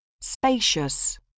Spacious